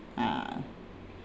uh